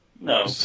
No